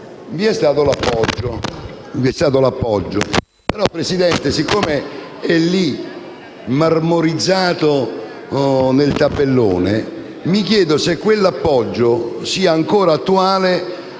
vi è stato l'appoggio. Tuttavia, siccome è marmorizzato nel tabellone, mi chiedo se quell'appoggio sia ancora attuale